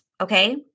Okay